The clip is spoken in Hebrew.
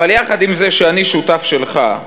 אבל יחד עם זה שאני שותף שלך,